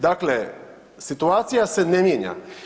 Dakle, situacija se ne mijenja.